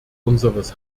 unseres